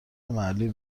محلی